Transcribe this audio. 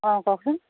অঁ কওকচোন